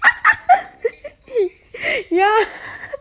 ya